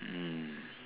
mm